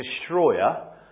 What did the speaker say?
destroyer